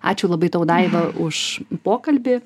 ačiū labai tau daiva už pokalbį